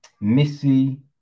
Missy